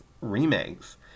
remakes